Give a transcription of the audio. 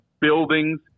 buildings